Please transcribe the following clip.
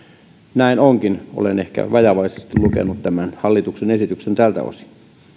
näin onkin olen ehkä vajavaisesti lukenut tämän hallituksen esityksen tältä osin